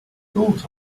thought